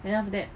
then after that